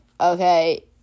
okay